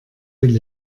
will